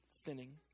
thinning